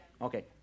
Okay